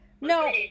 no